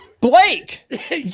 blake